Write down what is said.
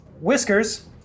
Whiskers